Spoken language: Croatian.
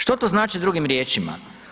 Što to znači drugim riječima?